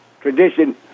tradition